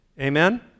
Amen